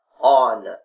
on